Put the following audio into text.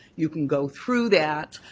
you can go through that.